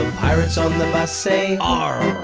pirates on the bus say, ah